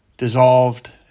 dissolved